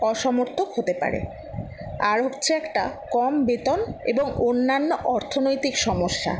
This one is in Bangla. অসমর্থক হতে পারে আর হচ্ছে একটা কম বেতন এবং অন্যান্য অর্থনৈতিক সমস্যা